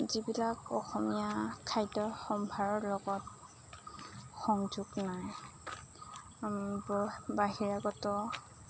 যিবিলাক অসমীয়া খাদ্য সম্ভাৰৰ লগত সংযোগ নাই বাহিৰাগত